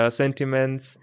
sentiments